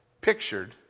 pictured